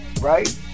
right